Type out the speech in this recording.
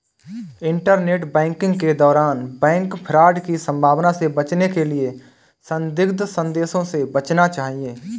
internet banking के दौरान bank fraud की संभावना से बचने के लिए संदिग्ध संदेशों से बचना चाहिए